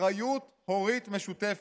אחריות הורית משותפת.